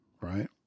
right